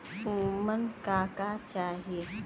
उमन का का चाही?